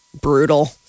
brutal